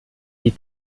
die